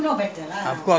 okay I'm older than you